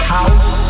House